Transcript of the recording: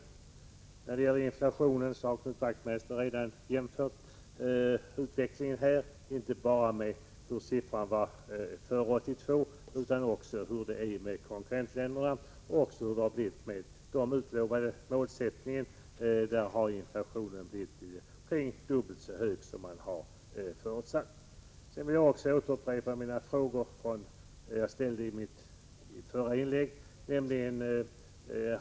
Knut Wachtmeister har redan jämfört utvecklingen när det gäller inflationen, inte bara med siffrorna före 1982 utan också med hur det ser ut i konkurrentländerna och med hur det har blivit med den utlovade målsättningen. Inflationen har ju blivit drygt dubbelt så hög som man har förutsatt. Sedan vill jag också upprepa de frågor som jag ställde i mitt förra inlägg. 1.